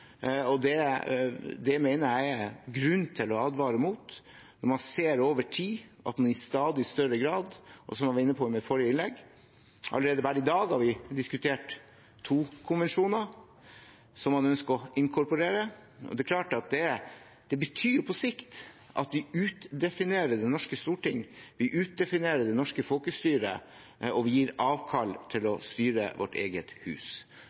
og det mener jeg det er grunn til å advare mot. Man ser det over tid i stadig større grad – og som jeg var inne på i mitt forrige innlegg, har vi bare i dag allerede diskutert to konvensjoner som man ønsker å inkorporere – og det betyr på sikt at vi utdefinerer det norske storting, vi utdefinerer det norske folkestyret, og vi gir avkall på å styre vårt eget hus.